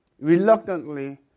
reluctantly